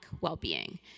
well-being